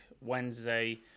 wednesday